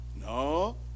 No